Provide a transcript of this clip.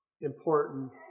important